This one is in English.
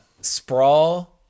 sprawl